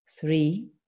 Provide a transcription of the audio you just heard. three